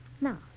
Now